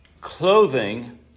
clothing